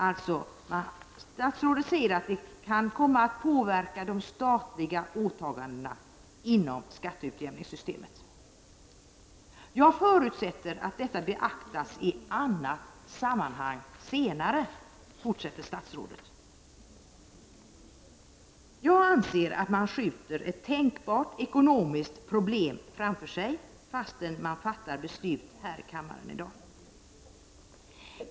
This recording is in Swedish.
Statsrådet säger alltså att det kan komma att påverka de statliga åtagandena inom skatteutjämningssystemet. Jag förutsätter att detta beaktas i annat sammanhang senare, fortsätter statsrådet. Jag anser att man skjuter ett tänkbart ekonomiskt problem framför sig fastän vi fattar beslut här i kammaren här i dag.